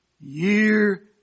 year